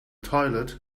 toilet